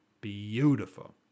Beautiful